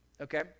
okay